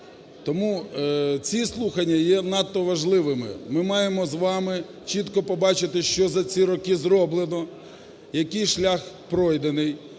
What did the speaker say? Тому ці слухання є надто важливими. Ми маємо з вами чітко побачити, що за ці роки зроблено, який шлях пройдений.